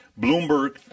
Bloomberg